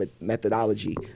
methodology